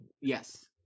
Yes